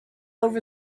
over